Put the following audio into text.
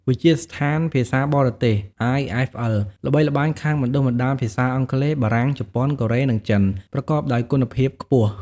វិទ្យាស្ថានភាសាបរទេស IFL ល្បីល្បាញខាងបណ្តុះបណ្តាលភាសាអង់គ្លេស បារាំង ជប៉ុន កូរ៉េ និងចិន ប្រកបដោយគុណភាពខ្ពស់។